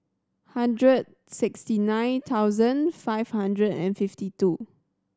hundred sixty nine thousand five hundred and fifty two